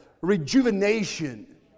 rejuvenation